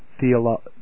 Theology